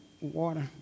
water